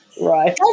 Right